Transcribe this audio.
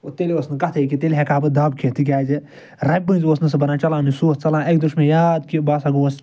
تیٚلہِ ٲس نہٕ کَتھٔے کہِ تیٚلہِ ہیٚکہٕ ہا بہٕ دَب کھیٚتھ تِکیٛازِ رَبہِ منٛزۍ اوس نہٕ بَنان سُہ چَلاونُے سُہ اوس ژَلان اَکہِ دۄہ چھُ مےٚ یاد بہٕ ہسا گوس